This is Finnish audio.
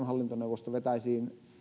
hallintoneuvosto vetäisi